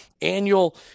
annual